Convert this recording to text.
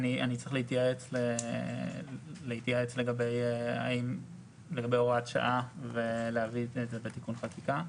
אני צריך להתייעץ לגבי הוראת שעה ולהביא את תיקון החקיקה.